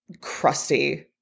crusty